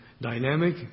dynamic